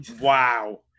wow